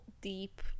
deep